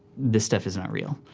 this stuff is not real.